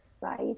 right